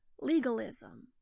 legalism